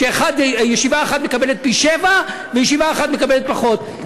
שישיבה אחת מקבלת פי-שבעה וישיבה אחת מקבלת פחות.